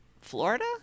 Florida